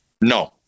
No